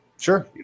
Sure